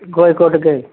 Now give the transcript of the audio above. കോഴിക്കോട്ടേക്ക്